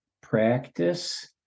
practice